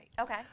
Okay